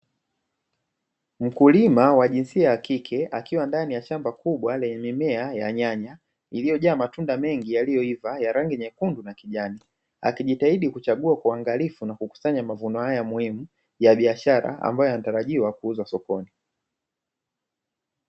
Mkulima wa jinsia ya kike, akiwa ndani ya shamba kubwa lenye mimea ya nyanya, iliyojaa matunda mengi yaliyoiva, yenye rangi nyekundu na kijani, akijithidi kuchagua kwa uangalifu na kukusanya mavuno haya muhimu ya biashara ambayo yanatarajiwa kuuzwa sokoni.